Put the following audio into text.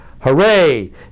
hooray